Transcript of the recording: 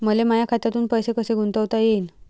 मले माया खात्यातून पैसे कसे गुंतवता येईन?